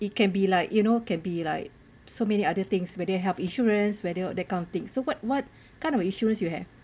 it can be like you know can be like so many other things whether health insurance whether of that kind of thing so what what kind of insurance you have